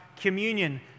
communion